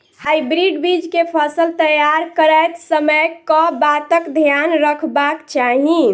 Hybrid बीज केँ फसल तैयार करैत समय कऽ बातक ध्यान रखबाक चाहि?